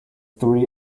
three